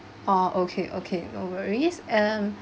oh okay okay no worries um